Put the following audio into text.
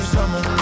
summer